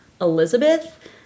Elizabeth